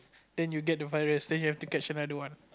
then you get the virus then you have to catch the other one